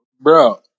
Bro